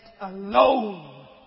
alone